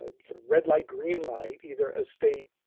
a sort of red light-green light. either a state